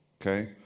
okay